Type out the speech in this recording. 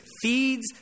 feeds